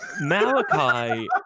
Malachi